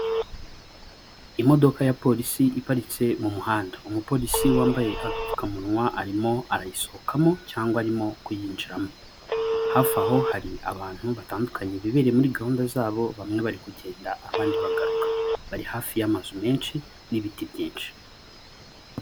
Imodoka ya polisi iparitse mu muhanda, umupolisi wambaye agapfukamunwa arimo arayisohokamo cyangwa arimo kuyinjiramo. Hafi aho hari abantu batandukanye bibereye muri gahunda zabo bamwe bari kugenda abandi bagaruka, bari hafi y'amazu menshi n'ibiti byinshi.